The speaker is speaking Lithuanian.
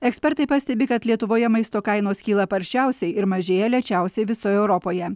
ekspertai pastebi kad lietuvoje maisto kainos kyla sparčiausiai ir mažėja lėčiausiai visoje europoje